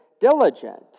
diligent